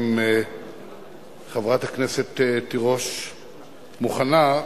אם חברת הכנסת תירוש מוכנה,